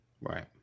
Right